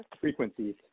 frequencies